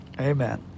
Amen